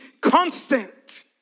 constant